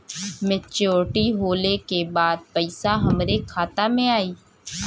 Maturity होले के बाद पैसा हमरे खाता में आई?